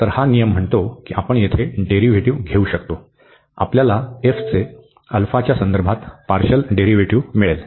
तर हा नियम म्हणतो की आपण येथे डेरीव्हेटिव घेऊ शकतो आपल्याला f चे α च्या संदर्भात पार्शल डेरीव्हेटिव मिळेल